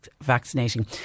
vaccinating